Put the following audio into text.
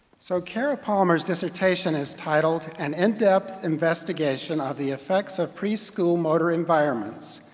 so kara palmer's dissertation is titled, an in-depth investigation of the effects of preschool motor environments,